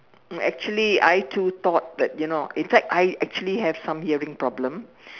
um actually I too thought that you know in fact I actually have some hearing problem